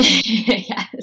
Yes